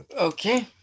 Okay